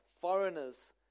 foreigners